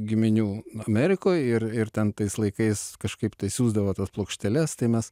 giminių amerikoj ir ir ten tais laikais kažkaip tai siųsdavo tas plokšteles tai mes